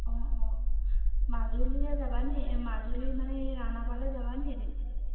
অঁ অঁ মাজুলীলৈ যাবা নি মাজুলী মানে এই ৰাওণাপাৰলৈ যাবানি এদিন